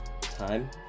time